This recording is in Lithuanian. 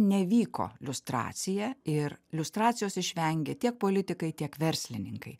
nevyko liustracija ir liustracijos išvengė tiek politikai tiek verslininkai